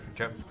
Okay